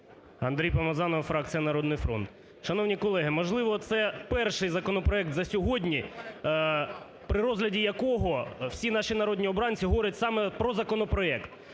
Андрій Помазанов, фракція "Народний фронт". Шановні колеги, можливо, це перший законопроект за сьогодні, при розгляді якого всі наші народні обранці говорять саме про законопроект.